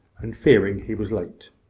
and fearing he was late.